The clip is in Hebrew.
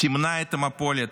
תמנע את המפולת,